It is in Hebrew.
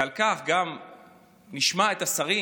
ועל כן גם נשמע את השרים,